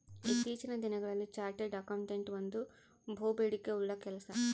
ಇತ್ತೀಚಿನ ದಿನಗಳಲ್ಲಿ chartered accountant ಒಂದು ಬಹುಬೇಡಿಕೆ ಉಳ್ಳ ಕೆಲಸ